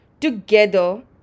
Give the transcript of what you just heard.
together